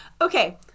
Okay